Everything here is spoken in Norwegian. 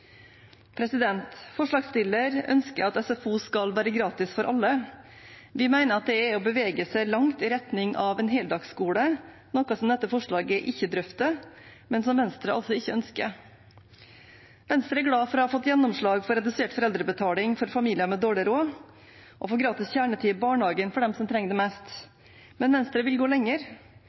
ønsker at SFO skal være gratis for alle. Vi mener at det er å bevege seg langt i retning av en heldagsskole, noe dette forslaget ikke drøfter, men som Venstre ikke ønsker. Venstre er glad for å ha fått gjennomslag for redusert foreldrebetaling for familier med dårlig råd og for gratis kjernetid i barnehagen for dem som trenger det mest, men Venstre vil gå lenger: